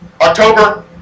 October